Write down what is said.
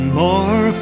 more